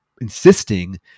insisting